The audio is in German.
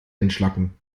entschlacken